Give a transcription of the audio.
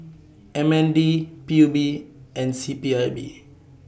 M N D P U B and C P I B